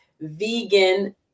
vegan